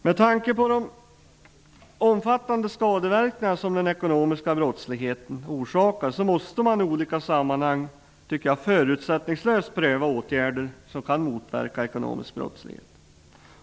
Med tanke på de omfattande skadeverkningarna av den ekonomiska brottsligheten måste man i olika sammanhang förutsättningslöst pröva åtgärder som kan motverka ekonomisk brottslighet.